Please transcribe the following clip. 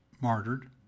martyred